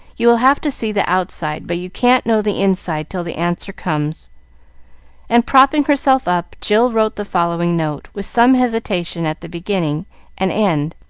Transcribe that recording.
you will have to see the outside, but you can't know the inside till the answer comes and propping herself up, jill wrote the following note, with some hesitation at the beginning and end,